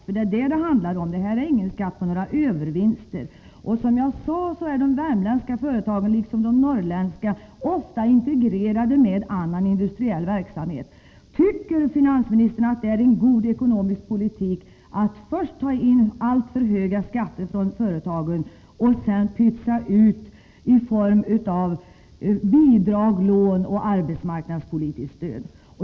Det är nämligen vad det handlar om, inte om någon skatt på övervinster. Som jag sade är de värmländska kraftverksföretagen liksom de norrländska ofta integrerade med annan industriell verksamhet. Tycker finansministern att det är en god ekonomisk politik att först ta in alltför höga skatter från företagen och att sedan pytsa ut medel i form av bidrag, lån och arbetsmarknadspolitiskt stöd?